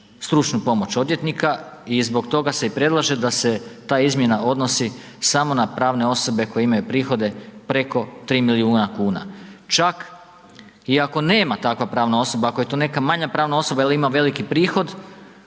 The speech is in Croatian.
stručnu pomoć odvjetnika i zbog toga se i predlaže da se ta izmjena odnosi samo na pravne osobe koje imaju prihode preko 3 milijuna kuna. Čak i ako nema takva pravna osoba, ako je to neka manja pravna osoba ili veliki prihod,